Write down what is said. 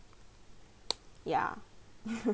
ya